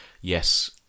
yes